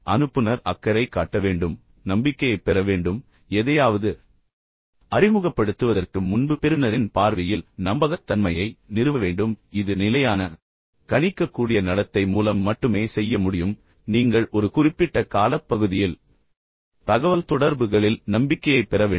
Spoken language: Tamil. அனுப்புநர் அக்கறை காட்ட வேண்டும் நம்பிக்கையைப் பெற வேண்டும் குறிப்பாக எதையாவது அறிமுகப்படுத்துவதற்கு முன்பு பெறுநரின் பார்வையில் நம்பகத்தன்மையை நிறுவ வேண்டும் பின்னர் இது நிலையான மற்றும் கணிக்கக்கூடிய நடத்தை மூலம் மட்டுமே செய்ய முடியும் அதாவது நீங்கள் ஒரு குறிப்பிட்ட காலப்பகுதியில் தகவல்தொடர்புகளில் நம்பிக்கையைப் பெற வேண்டும்